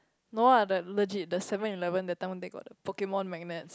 no ah like legit the Seven-Eleven that time one day got the Pokemon magnets